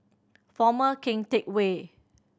Former Keng Teck Whay